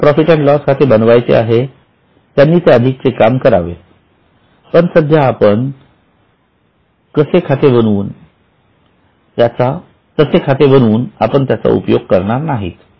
ज्याला profit and loss खाते बनवायचे आहे त्यांनी ते अधिक चे काम करावे पण सध्या आपण कसे खाते बनवून त्याचा उपयोग करणार नाहीत